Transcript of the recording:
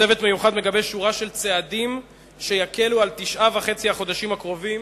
צוות מיוחד מגבש שורה של צעדים שיקלו את תשעה החודשים וחצי הקרובים,